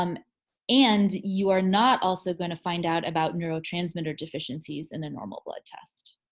um and you are not also gonna find out about neurotransmitter deficiencies in a normal blood test.